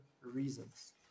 reasons